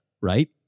right